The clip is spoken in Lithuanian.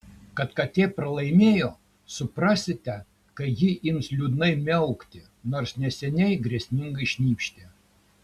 kad katė pralaimėjo suprasite kai ji ims liūdnai miaukti nors neseniai grėsmingai šnypštė